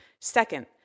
Second